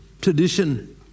tradition